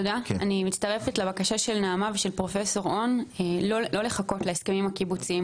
אני מצטרפת לבקשה של נעמה ושל פרופ' און לא לחכות להסכמים הקיבוציים.